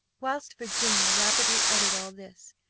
whilst virginia rapidly uttered all this,